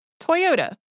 Toyota